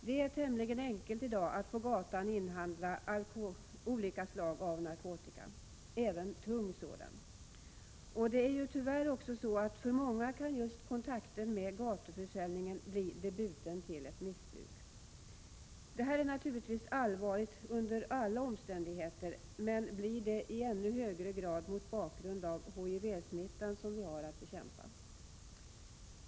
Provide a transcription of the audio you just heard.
Det är tämligen enkelt i dag att på gatan inhandla olika slag av narkotika, även tung sådan. För många kan tyvärr just kontakten med gatuförsäljningen bli debuten till ett missbruk. Det här är naturligtvis allvarligt under alla omständigheter men blir det i ännu högre grad mot bakgrund av HIV-smittan som vi har att bekämpa.